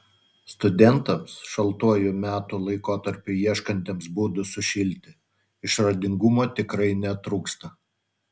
studentams šaltuoju metų laikotarpiu ieškantiems būdų sušilti išradingumo tikrai netrūksta